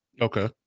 Okay